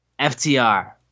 FTR